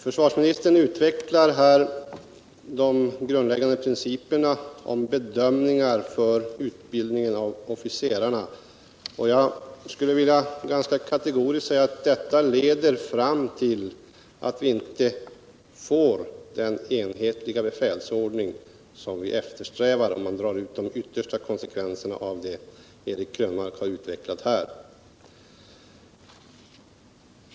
Försvarsministern utvecklar här de grundläggande principerna för bedömningarna av utbildningen av officerarna. Jag skulle ganska kategoriskt vilja påstå att om man drar ut de yttersta konsekvenserna av det som Eric Krönmark utvecklat leder det till att vi inte får den enhetliga befälsordning som vi eftersträvar.